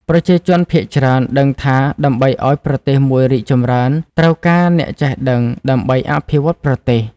ប្រជាជនភាគច្រើនដឹងថាដើម្បីអោយប្រទេសមួយរីកចម្រើន ត្រូវការអ្នកចេះដឹងដើម្បីអភិវឌ្ឍន៍ប្រទេស ។